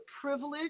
privilege